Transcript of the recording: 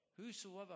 whosoever